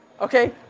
Okay